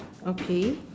okay